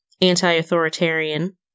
anti-authoritarian